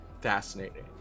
fascinating